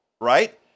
right